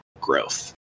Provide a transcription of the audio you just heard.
growth